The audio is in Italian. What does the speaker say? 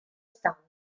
standard